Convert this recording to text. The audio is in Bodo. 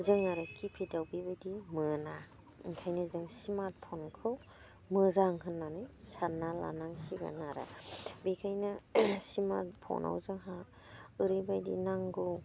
जों आरो किपेडआव बेबायदि मोना ओंखायनो जों स्मार्टफ'नखौ मोजां होननानै सानना लानांसिगोन आरो बेनिखायनो स्मार्टफ'नाव जोंहा ओरैबायदि नांगौ